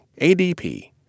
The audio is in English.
ADP